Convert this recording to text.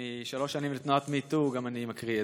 לרגל שלוש שנים לתנועת MeToo, גם אני מקריא עדות: